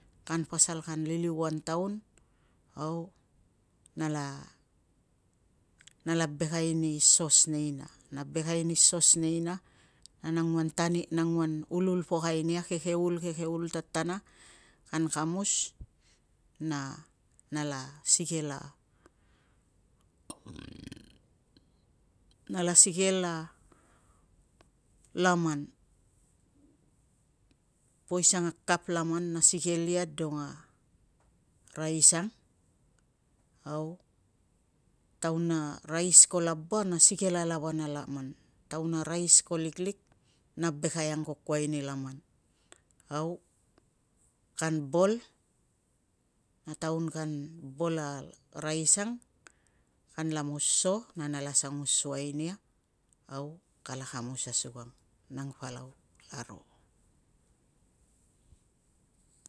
Kan pasal kan liliuan taun au nala bekai ni sos neina, na bekai no sos neina na, na anguan ululpokai nia kekeul kekeul tatana kan kamus na nala sikei a nala sikel a laman posian a kap laman na sikei ia dong a rais ang, au taun a rais ko laba na sikei alaba na laman, taun a rais ko liklik na bekai angkuai ni laman, au kan bol na taun kan bol a rais ang kanla moso na nala sangu suai nia au kala kamus asukang. Nang palau, kalaro.